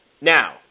Now